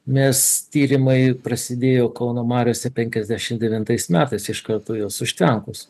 nes tyrimai prasidėjo kauno mariose penkiasdešimt devintais metais iš karto juos užtvenkus